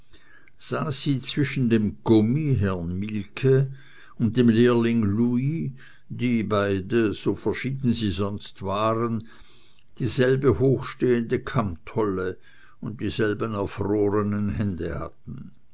sie zwischen dem commis herrn mielke und dem lehrling louis die beide so verschieden sie sonst waren dieselbe hochstehende kammtolle und dieselben erfrorenen hände hatten